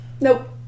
Nope